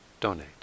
donate